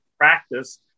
Practice